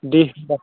दे होमब्ला